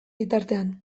bitartean